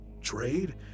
Trade